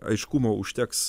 aiškumo užteks